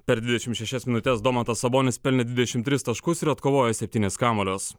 per dvidešimt šešias minutes domantas sabonis pelnė dvidešimt tris taškus ir atkovojo septynis kamuolius